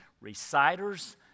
reciters